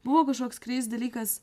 buvo kažkoks kreizi dalykas